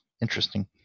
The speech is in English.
Interesting